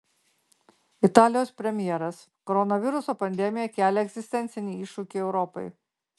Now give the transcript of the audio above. italijos premjeras koronaviruso pandemija kelia egzistencinį iššūkį europai